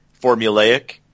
formulaic